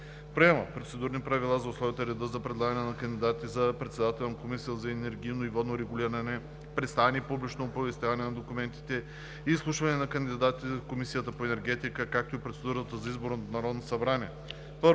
Приема Процедурни правила за условията и реда за предлагане на кандидати за председател на Комисията за енергийно и водно регулиране, представяне и публично оповестяване на документите и изслушване на кандидатите в Комисията по енергетика, както и процедурата за избор от Народното събрание.